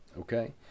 okay